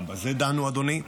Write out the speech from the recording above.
גם בזה דנו, אדוני,